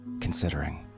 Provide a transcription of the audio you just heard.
considering